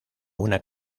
una